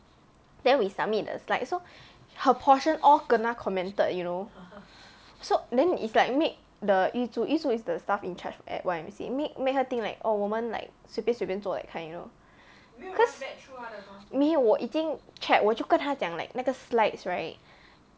then we submit the slides so her portion all kena commented you know so then is like make the yu zhu yu zhu is the staff in charge at Y_M_C_A make make her think like orh 我们 like 随便随便做 that kind you know cause 没有我已经 check 我就跟她讲讲 like 那个 slides right